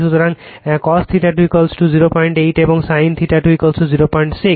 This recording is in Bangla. সুতরাং cos θ 2 08 এবং sin θ 2 06